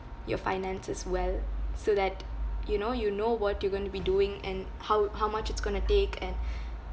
your finances well so that you know you know what you going to be doing and how how much it's going to take and